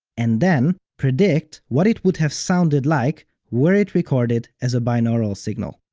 and then, predict what it would have sounded like were it recorded as a binaural signal.